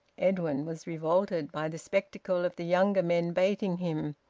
edwin was revolted by the spectacle of the younger men baiting him.